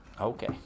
Okay